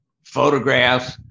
photographs